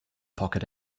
pocket